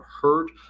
heard